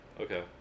Okay